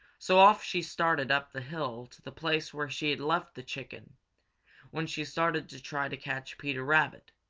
so off she started up the hill to the place where she had left the chicken when she started to try to catch peter rabbit.